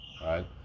right